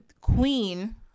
queen